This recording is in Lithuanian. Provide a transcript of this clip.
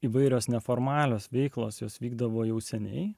įvairios neformalios veiklos jos vykdavo jau seniai